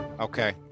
Okay